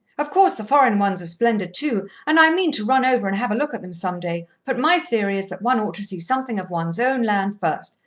of course the foreign ones are splendid too, and i mean to run over and have a look at them some day, but my theory is that one ought to see something of one's own land first.